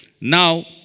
Now